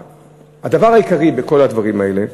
הדבר העיקרי בכל הדברים האלה,